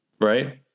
right